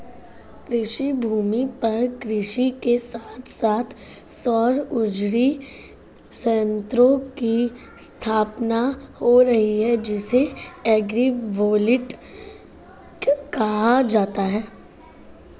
कृषिभूमि पर कृषि के साथ साथ सौर उर्जा संयंत्रों की स्थापना हो रही है जिसे एग्रिवोल्टिक कहा जाता है